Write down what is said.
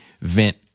vent